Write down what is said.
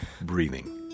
breathing